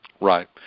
Right